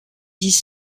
dix